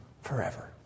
forever